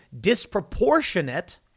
disproportionate